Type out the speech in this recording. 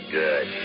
good